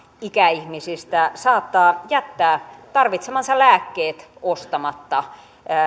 ikäihmisistä saattaa jättää tarvitsemansa lääkkeet ostamatta